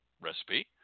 recipe